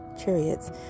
chariots